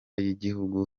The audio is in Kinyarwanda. y’igihugu